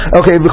okay